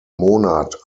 monat